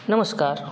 नमस्कार